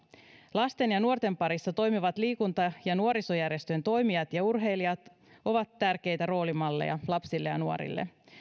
lasten ja nuorten parissa toimivat liikunta ja nuorisojärjestöjen toimijat ja urheilijat ovat tärkeitä roolimalleja lapsille ja nuorille